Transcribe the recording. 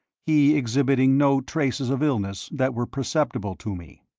he exhibiting no traces of illness that were perceptible to me.